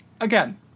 Again